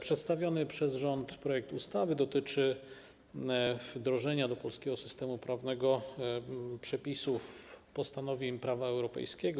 Przedstawiony przez rząd projekt ustawy dotyczy wdrożenia do polskiego systemu prawnego przepisów, postanowień prawa europejskiego.